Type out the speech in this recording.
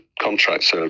contracts